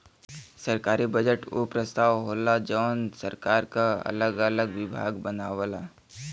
सरकारी बजट उ प्रस्ताव होला जौन सरकार क अगल अलग विभाग बनावला